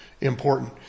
important